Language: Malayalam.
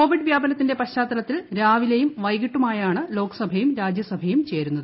കോവിഡ് വ്യാപനത്തിന്റെന്റ പശ്ചാത്തലത്തിൽ രാവിലെയും വൈകിട്ടുമായാണ് ലോക്സഭയും രാജ്യസഭയും ചേരുന്നത്